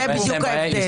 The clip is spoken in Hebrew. זה בדיוק ההבדל.